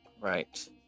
Right